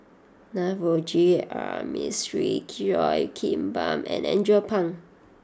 Navroji R Mistri Cheo Kim Ban and Andrew Phang